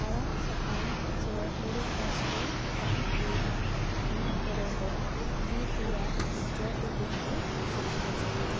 ᱟᱲᱟᱜ ᱥᱟᱠᱟᱢ ᱥᱮ ᱦᱳᱲᱳ ᱪᱟᱥ ᱠᱚ ᱵᱟᱝ ᱦᱩᱭᱩᱜᱼᱟ ᱚᱱᱟ ᱠᱚᱨᱮ ᱫᱚ ᱵᱤᱨ ᱨᱮᱭᱟᱜ ᱡᱚ ᱵᱤᱞᱤ ᱠᱚ ᱟᱠᱷᱨᱤᱧ ᱮᱫᱟ